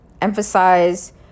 emphasize